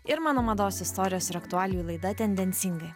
ir mano mados istorijos ir aktualijų laida tendencingai